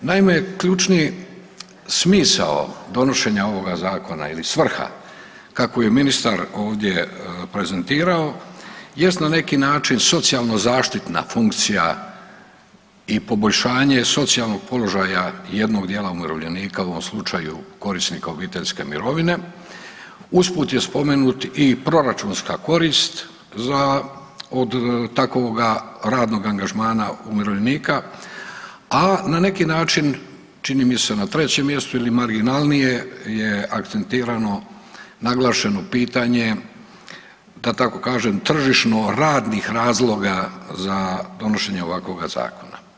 Naime, ključni smisao donošenja ovog zakona ili svrha kako je ministar ovdje prezentirao jest na neki način socijalno zaštitna funkcija i poboljšanje socijalnog položaja jednog dijela umirovljenika, u ovom slučaju korisnika obiteljske mirovine, usput je spomenut i proračunska korist od takvoga radnog angažmana umirovljenika, a na neki način čini mi se na trećem mjestu ili marginalnije je akcentirano, naglašeno pitanje da tako kažem tržišno radnih razloga za donošenje ovakvoga zakona.